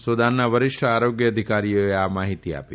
Sudan ના વરિષ્ઠ આરોગ્ય અધિકારીઓએ આ માહિતી આપી